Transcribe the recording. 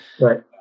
right